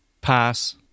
Pass